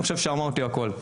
אני חושב שאמרתי הכול.